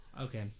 Okay